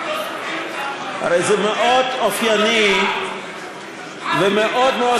הרי זה מאוד אופייני ומאוד מאוד ברור,